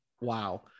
wow